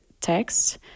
text